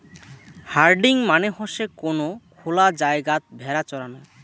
herding মানে হসে কোন খোলা জায়গাত ভেড়া চরানো